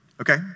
Okay